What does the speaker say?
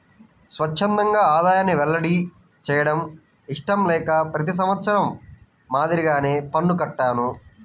స్వఛ్చందంగా ఆదాయాన్ని వెల్లడి చేయడం ఇష్టం లేక ప్రతి సంవత్సరం మాదిరిగానే పన్ను కట్టాను